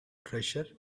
treasure